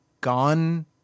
gone